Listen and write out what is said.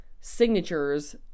signatures